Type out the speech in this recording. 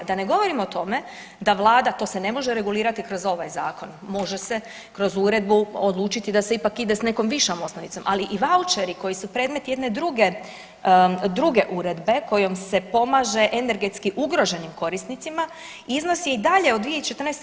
Da ne govorim o tome da Vlada, to se ne može regulirati kroz ovaj zakon, može se kroz uredbu odlučiti da se ipak ide s nekom višom osnovicom, ali i vaučeri koji su predmet jedne druge uredbe kojom se pomaže energetski ugroženim korisnicima, iznos je i dalje od 2014.